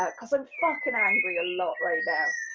ah because i'm fucking angry a lot right now.